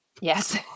Yes